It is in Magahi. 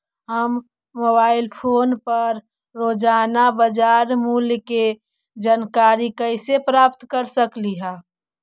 हम मोबाईल फोन पर रोजाना बाजार मूल्य के जानकारी कैसे प्राप्त कर सकली हे?